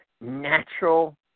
natural